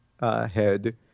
head